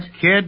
Kid